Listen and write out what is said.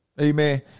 Amen